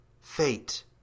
Fate